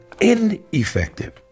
ineffective